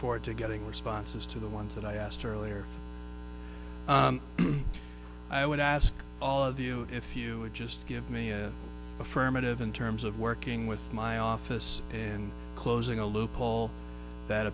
forward to getting responses to the ones that i asked earlier i would ask all of you if you just give me affirmative in terms of working with my office and closing a loophole that